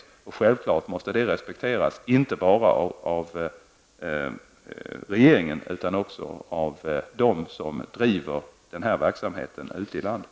Detta måste självfallet respekteras, inte bara av regeringen utan också av dem som driver verksamheten ute i landet.